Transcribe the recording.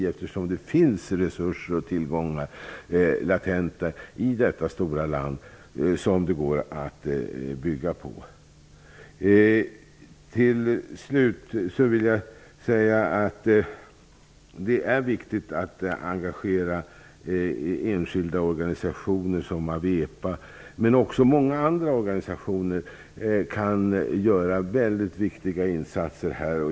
Det finns resurser och tillgångar latenta i detta stora land som det går att bygga på. Till slut vill jag säga att det är viktigt att engagera enskilda organisationer som AWEPA, men många andra organisationer kan också göra väldigt viktiga insatser.